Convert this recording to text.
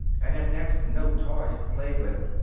and have next to no toys to play with,